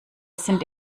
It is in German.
sind